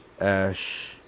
ash